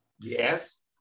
Yes